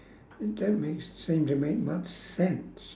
it don't make seem to make much sense